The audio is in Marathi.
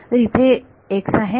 तर इथे x आहे